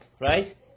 Right